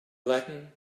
latin